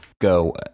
go